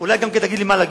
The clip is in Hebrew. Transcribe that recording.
אולי גם תגיד לי מה להגיד?